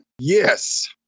Yes